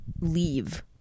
leave